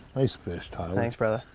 nice fish, tyler. thanks, brother.